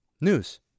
news